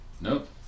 Nope